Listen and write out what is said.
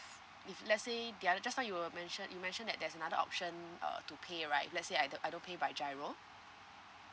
if let's say the other just now you were mention you mentioned that there's another option uh to pay right let's say I don't I don't pay by GIRO